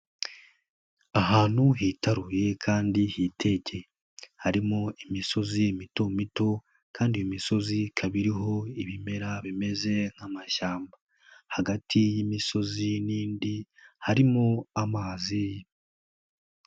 Ahantu hitaruye kandi hitege harimo imisozi mito mito kandi imisozi ikaba iriho ibimera bimeze nk'amashyamba, hagati y'imisozi n'indi harimo amazi.